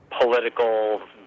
political